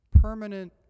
Permanent